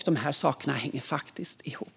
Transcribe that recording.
Dessa saker hänger faktiskt ihop.